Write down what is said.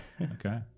Okay